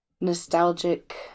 nostalgic